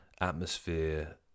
atmosphere